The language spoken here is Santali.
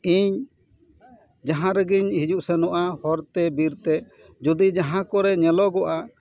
ᱤᱧ ᱡᱟᱦᱟᱸ ᱨᱮᱜᱮᱧ ᱦᱤᱡᱩᱜ ᱥᱮᱱᱚᱜᱼᱟ ᱦᱚᱨ ᱛᱮ ᱵᱤᱨ ᱛᱮ ᱡᱩᱫᱤ ᱡᱟᱦᱟᱸ ᱠᱚᱨᱮ ᱧᱮᱞᱚᱜᱚᱜᱼᱟ